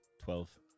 Twelve